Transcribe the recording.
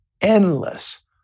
endless